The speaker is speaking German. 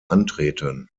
antreten